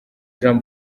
jean